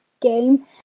game